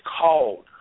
called